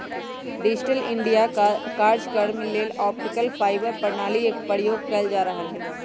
digital India काजक्रम लेल optical fibre प्रणाली एक प्रयोग कएल जा रहल हइ